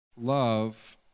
love